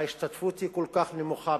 כשההשתתפות היא כל כך נמוכה,